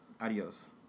adios